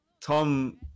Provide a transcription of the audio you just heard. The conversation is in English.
Tom